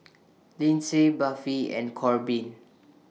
Lynsey Buffy and Corbin